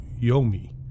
Yomi